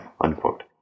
unquote